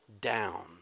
down